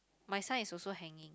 my sign is also hanging